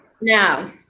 Now